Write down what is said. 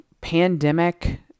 pandemic